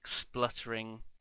spluttering